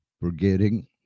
forgetting